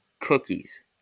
cookies